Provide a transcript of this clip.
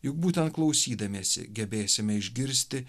juk būtent klausydamiesi gebėsime išgirsti